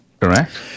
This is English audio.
Correct